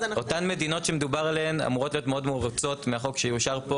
אותן מדינות שמדובר עליהן אמורות להיות מאוד מרוצות מהחוק שיאושר פה.